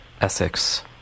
Essex